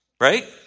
Right